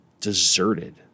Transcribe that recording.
deserted